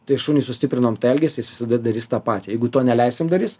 tai šuniui sustiprinom tą elgesį jis visada darys tą patį jeigu to neleisim darys